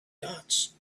dots